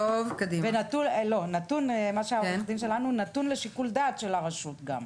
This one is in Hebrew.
ונתון גם לשיקול דעת של הרשות,